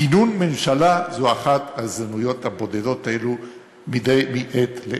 כינון ממשלה הוא אחת ההזדמנויות הבודדות האלו מעת לעת.